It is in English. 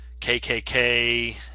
KKK